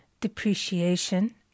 depreciation